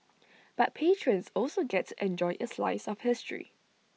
but patrons also get to enjoy A slice of history